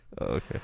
Okay